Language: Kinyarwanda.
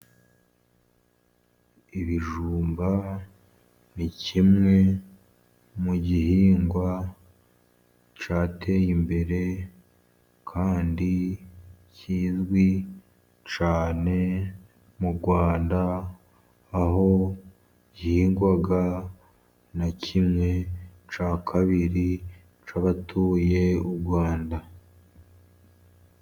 Ibijumba ni kimwe mu gihingwa cyateye imbere, kandi kizwi cyane mu Rwanda, aho gihingwa na kimwe cya kabiri cy'abatuye u Rwanda.